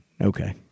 okay